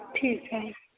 ਠੀਕ ਹੈ